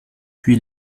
puy